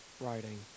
writing